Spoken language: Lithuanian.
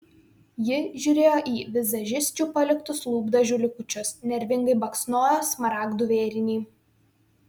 ji žiūrėjo į vizažisčių paliktus lūpdažių likučius nervingai baksnojo smaragdų vėrinį